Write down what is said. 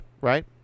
Right